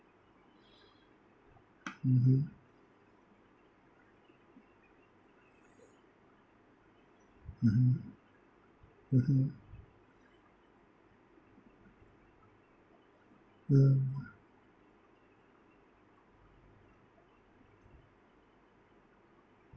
mmhmm mmhmm mmhmm mm